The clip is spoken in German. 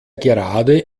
gerade